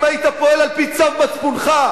אם היית פועל על-פי צו מצפונך,